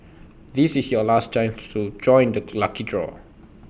this is your last chance to join the lucky draw